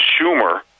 Schumer